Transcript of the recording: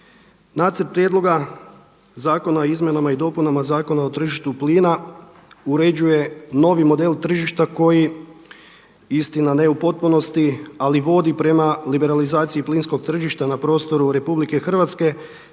Nacrt prijedloga zakona o Izmjenama i dopunama Zakona o tržištu plina uređuje novi model tržišta koji, istina ne u potpunosti ali vodi prema liberalizaciji plinskog tržišta na prostoru RH kao